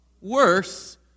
Worse